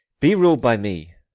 be rul'd by me,